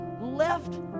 left